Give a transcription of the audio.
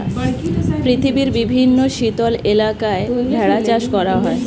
পৃথিবীর বিভিন্ন শীতল এলাকায় ভেড়া চাষ করা হয়